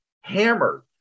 hammered